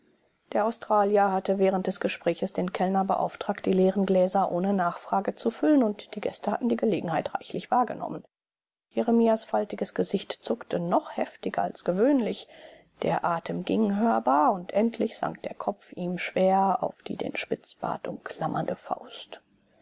der australier hatte während des gespräches den kellner beauftragt die leeren gläser ohne nachfrage zu füllen und die gäste hatten die gelegenheit reichlich wahrgenommen jeremias faltiges gesicht zuckte noch heftiger als gewöhnlich der atem ging hörbar und endlich sank der kopf ihm schwer auf die den spitzbart umklammernde faust